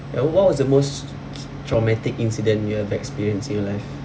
ya what was the most traumatic incident you have experienced in your life